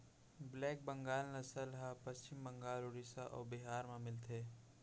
black Bengal नसल ह पस्चिम बंगाल, उड़ीसा अउ बिहार म मिलथे